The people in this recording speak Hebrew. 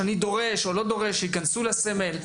אני דורש או לא דורש שייכנסו לסמל.